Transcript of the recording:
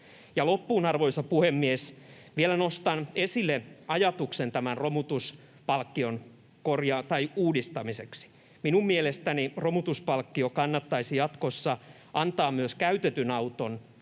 loppuun, arvoisa puhemies, vielä nostan esille ajatuksen tämän romutuspalkkion uudistamiseksi. Minun mielestäni romutuspalkkio kannattaisi jatkossa antaa myös käytetyn auton